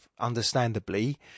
Understandably